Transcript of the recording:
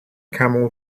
camel